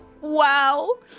Wow